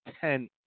Ten